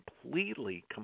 completely